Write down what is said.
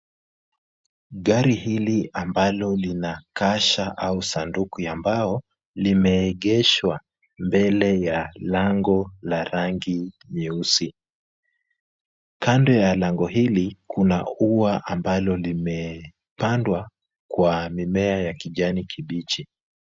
Gari hili ambalo lina kasha au sanduku ya mbao, limeegeshwa mbele ya lango la rangi nyeusi. Kando ya lango hili kuna ua ambalo limepandwa kwa mimea ya kijani kibichi.